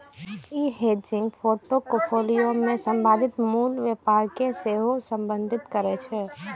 ई hedging portfolio मे संभावित मूल्य व्यवहार कें सेहो संबोधित करै छै